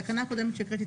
התקנה הקודמת שהקראתי,